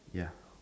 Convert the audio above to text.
ya